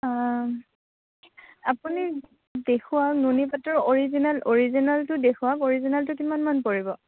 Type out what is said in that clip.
আপুনি দেখুৱা নুনি পাটৰ অৰিজিনেল অৰিজিনেলটো দেখুৱাওকঅৰিজিনেলটো কিমানমান পৰিব